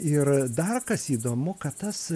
ir dar kas įdomu kad tas